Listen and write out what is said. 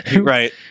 right